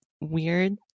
weird